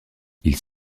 ils